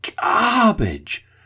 garbage